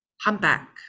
humpback